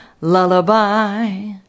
Lullaby